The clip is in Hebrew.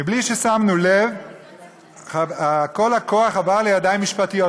בלי ששמנו לב כל הכוח עבר לידיים משפטיות,